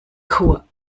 chor